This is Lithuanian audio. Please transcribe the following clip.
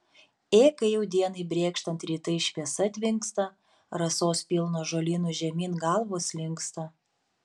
ė kai jau dienai brėkštant rytai šviesa tvinksta rasos pilnos žolynų žemyn galvos linksta